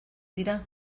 dira